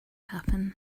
happen